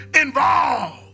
involved